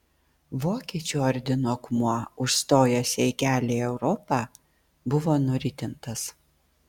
vokiečių ordino akmuo užstojęs jai kelią į europą buvo nuritintas